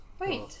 wait